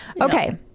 Okay